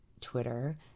Twitter